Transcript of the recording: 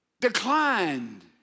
declined